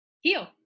heal